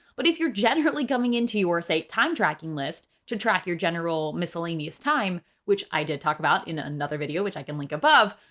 but if you're generally coming into your site time tracking list to track your general miscellaneous time, which i, too talk about in another video, which i can link above,